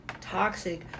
toxic